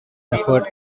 efforts